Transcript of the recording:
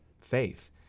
faith